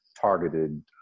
targeted